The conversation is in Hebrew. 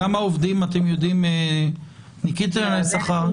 אתם יודעים לכמה עובדים ניכיתם שכר?